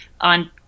on